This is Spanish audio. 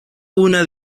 una